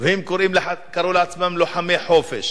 והם קראו לעצמם "לוחמי חופש